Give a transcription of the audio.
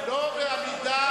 לא בעמידה.